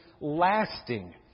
lasting